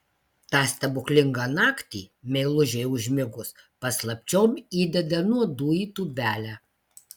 tą stebuklingą naktį meilužei užmigus paslapčiom įdeda nuodų į tūbelę